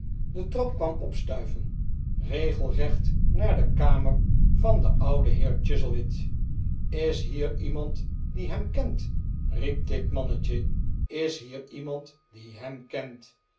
de trap kwam opstuiven regelrecht naar de kamer van den ouden heer chuzzlewit is hier iemand die hem kent riep dit mannetje is hier iemand die hem kent